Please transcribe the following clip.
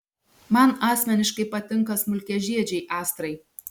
man asmeniškai patinka smulkiažiedžiai astrai